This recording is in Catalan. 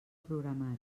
programari